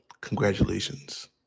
congratulations